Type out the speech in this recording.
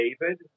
David